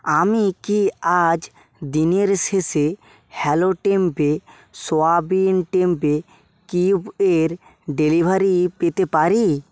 আমি কি আজ দিনের শেষে hello tempeh soybean tempeh cube এর ডেলিভারি পেতে পারি